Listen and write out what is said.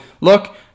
look